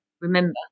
remember